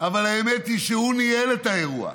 אבל האמת היא שהוא ניהל את האירוע.